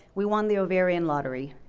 we won the ovarian lottery.